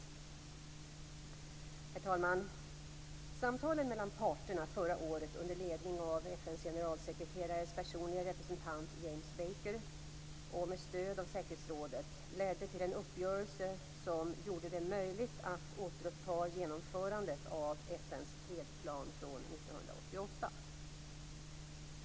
Herr talman! Samtalen mellan parterna förra året under ledning av FN:s generalsekreterares personlige representant, James Baker, och med stöd av säkerhetsrådet ledde till en uppgörelse som gjorde det möjligt att återuppta genomförandet av FN:s fredsplan från 1988.